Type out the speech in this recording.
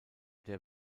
der